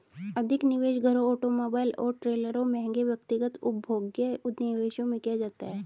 अधिक निवेश घरों ऑटोमोबाइल और ट्रेलरों महंगे व्यक्तिगत उपभोग्य निवेशों में किया जाता है